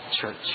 church